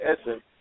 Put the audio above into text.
essence